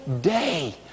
day